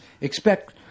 expect